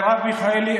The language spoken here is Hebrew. מרב מיכאלי,